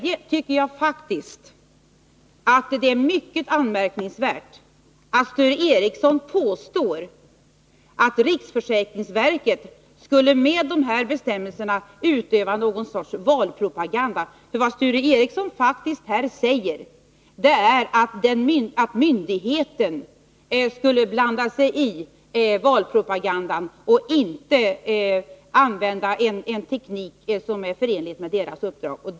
Jag tycker vidare att det är mycket anmärkningsvärt att Sture Ericson påstår att riksförsäkringsverket med de här bestämmelserna skulle utöva någon sorts valpropaganda. Vad Sture Ericson faktiskt säger här är att myndigheten skulle blanda sig i valpropaganda och alltså inte använda en teknik som är förenlig med det uppdrag myndigheten har.